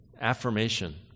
affirmation